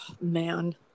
man